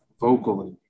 vocally